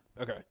Okay